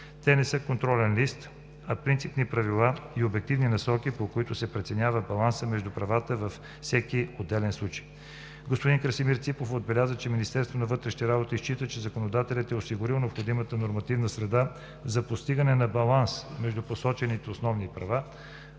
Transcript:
Те не са контролен лист, а принципни правила и обективни насоки, по които се преценява балансът между правата във всеки отделен случай. Господин Красимир Ципов отбеляза, че Министерството на вътрешните работи счита, че законодателят е осигурил необходимата нормативна среда за постигане на баланс между посочените основни права.